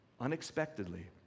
Unexpectedly